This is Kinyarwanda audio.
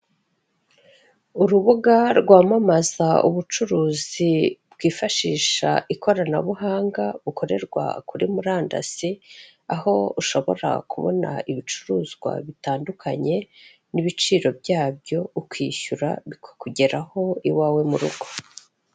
Urubuga rwamamaza ubucuruzi bwifashisha ikoranabuhanga bukorerwa kuri murandasi, aho ushobora kubona ibicuruzwa bitandukanye n'ibiciro byabyo ukishyura bikakugeraho iwawe mu rugo.